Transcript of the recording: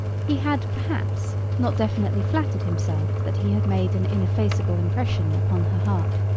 he had, perhaps, not definitely flattered himself that he had made an ineffaceable impression upon her heart,